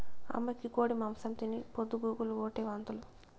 అమ్మకి కోడి మాంసం తిని పొద్దు గూకులు ఓటే వాంతులు